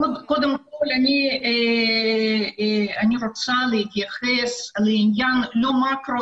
קודם כל אני רוצה להתייחס לא למקרו,